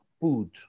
food